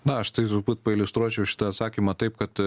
na aš tai turbūt pailiustruočiau šitą atsakymą taip kad